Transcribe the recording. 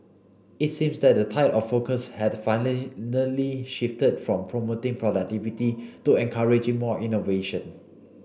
it seems that the tide of focus has shifted from promoting productivity to encouraging more innovation